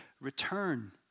return